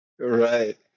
Right